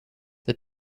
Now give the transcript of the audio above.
the